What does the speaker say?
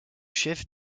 chef